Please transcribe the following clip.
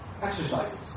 Exercises